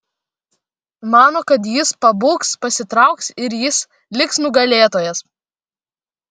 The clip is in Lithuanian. mano kad ji pabūgs pasitrauks ir jis liks nugalėtojas